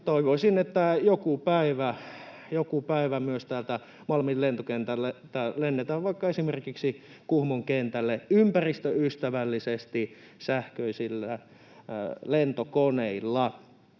Toivoisin, että joku päivä myös täältä Malmin lentokentältä lennetään vaikka esimerkiksi Kuhmon kentälle ympäristöystävällisesti sähköisillä lentokoneilla.